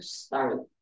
start